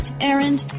errand